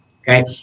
okay